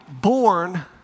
born